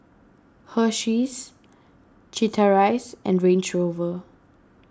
Hersheys Chateraise and Range Rover